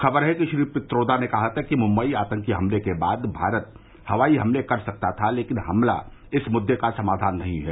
खबर है कि श्री पित्रोदा ने कहा था कि मुम्बई आतंकी हमले के बाद भारत हवाई हमले कर सकता था लेकिन हमला इस मुद्दे का समाधान नहीं है